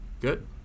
good